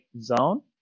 zone